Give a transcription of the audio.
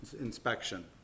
inspection